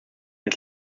ist